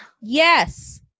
Yes